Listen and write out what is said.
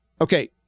Okay